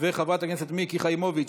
חברת הכנסת מיקי חיימוביץ',